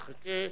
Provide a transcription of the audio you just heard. תחכה,